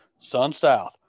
sunsouth